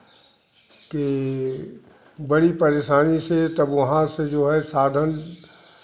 कि बड़ी परेशानी से तब वहाँ से जो है साधन